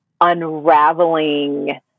unraveling